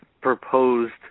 proposed